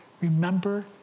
remember